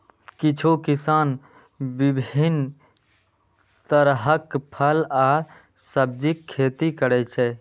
किछु किसान विभिन्न तरहक फल आ सब्जीक खेती करै छै